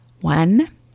one